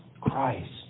Christ